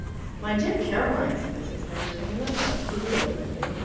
my dear caroline, said mrs. herriton, you must not brood over the thing.